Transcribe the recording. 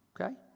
Okay